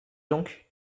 donc